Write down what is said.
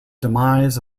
demise